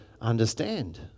understand